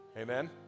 Amen